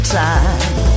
time